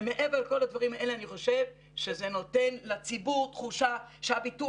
ומעבר לכל הדברים האלה אני חושב שזה נותן לציבור תחושה שהביטוח